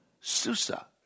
Susa